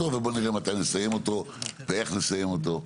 ובואו נראה מתי נסיים אותו ואיך נסיים אותו.